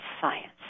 science